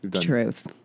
Truth